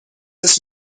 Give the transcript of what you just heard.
this